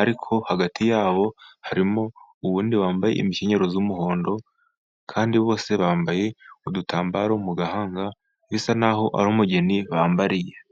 ariko hagati yabo harimo uwundi wambaye imikenyerero y'umuhondo, kandi bose bambaye udutambaro mu gahanga, bisa n'aho ari umugeni bambariye.